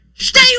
Stay